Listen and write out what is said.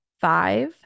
Five-